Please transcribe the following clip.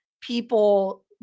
people